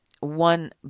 One